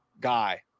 guy